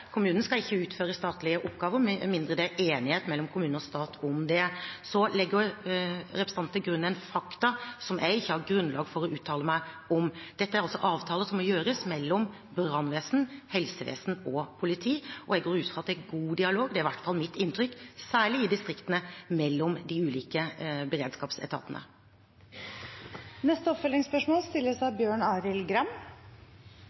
Kommunen skal ikke utføre statlige oppgaver med mindre det er enighet mellom kommune og stat om det. Så legger representanten til grunn fakta som ikke jeg har grunnlag for å uttale meg om. Dette er avtaler som må gjøres mellom brannvesen, helsevesen og politi, og jeg går ut fra at det er god dialog – det er i hvert fall mitt inntrykk – særlig i distriktene, mellom de ulike beredskapsetatene. Bjørn Arild Gram – til oppfølgingsspørsmål.